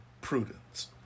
prudence